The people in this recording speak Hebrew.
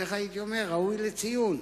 ראוי לציון.